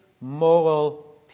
moral